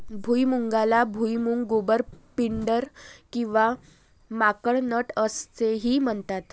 भुईमुगाला भुईमूग, गोबर, पिंडर किंवा माकड नट असेही म्हणतात